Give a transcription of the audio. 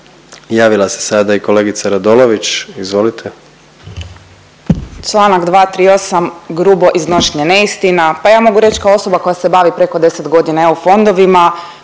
Javila se sada i kolegica Radolović, izvolite.